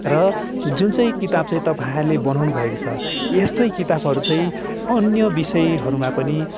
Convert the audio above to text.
र जुन चाहिँ किताब चाहिँ तपाईँहरूले बनाउनुभएको छ यस्तै किताबहरू चाहिँ अन्य विषयहरूमा पनि